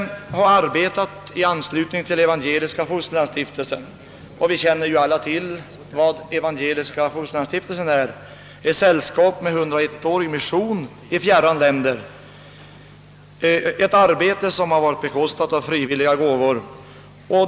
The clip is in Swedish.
Den har arbetat i anslutning till Evangeliska fosterlandsstiftelsen och vi känner ju alla till denna — ett sällskap med 101 årig mission i fjärran länder och med arbetsuppgifter som bekostas genom frivilliga gåvor.